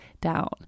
down